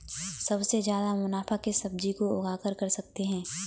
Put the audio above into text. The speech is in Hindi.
सबसे ज्यादा मुनाफा किस सब्जी को उगाकर कर सकते हैं?